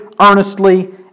earnestly